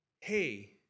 Hey